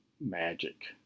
magic